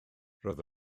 roedd